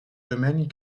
domaine